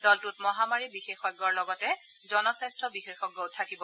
দলটোত মহামাৰীৰ বিশেষজ্ঞৰ লগতে জনস্বাস্য বিশেষজ্ঞই থাকিব